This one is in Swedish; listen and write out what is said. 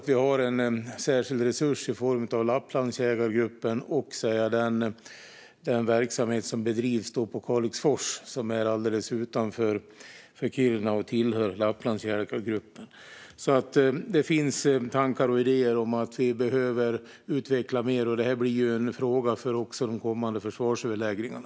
Vi har en särskild resurs i form av Lapplandsjägargruppen och den verksamhet som bedrivs på Kalixfors, alldeles utanför Kiruna, som tillhör Lapplandsjägargruppen. Det finns tankar och idéer om att vi behöver utveckla mer. Detta blir också en fråga för de kommande försvarsöverläggningarna.